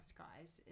guys